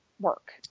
work